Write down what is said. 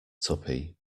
tuppy